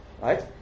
right